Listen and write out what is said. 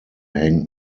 hängt